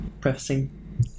prefacing